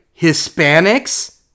Hispanics